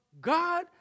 God